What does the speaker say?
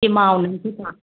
के मां उन्हनि खे चवां